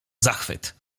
zachwyt